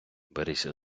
берися